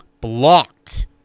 blocked